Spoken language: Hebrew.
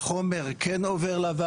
החומר כן עובר לוועד.